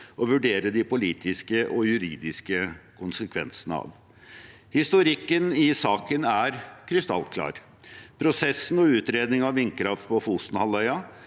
å vurdere de politiske og juridiske konsekvensene av. Historikken i saken er krystallklar: Prosessen med utredning av vindkraft på Fosenhalvøya